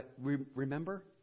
Remember